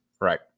Right